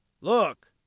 Look